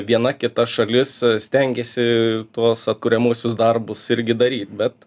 viena kita šalis stengėsi tuos atkuriamuosius darbus irgi daryt bet